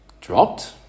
dropped